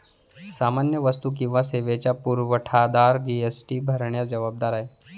सामान्य वस्तू किंवा सेवांचा पुरवठादार जी.एस.टी भरण्यास जबाबदार आहे